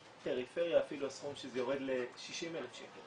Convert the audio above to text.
בפריפריה אפילו הסכום של זה יורד ל-60,000 שקל